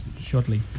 shortly